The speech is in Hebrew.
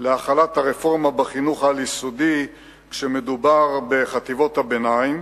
להחלת הרפורמה בחינוך העל-יסודי כשמדובר בחטיבות הביניים,